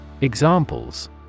Examples